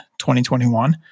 2021